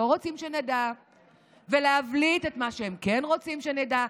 רוצים שנדע ולהבליט את מה שהם כן רוצים שנדע.